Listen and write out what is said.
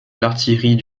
l’artillerie